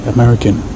American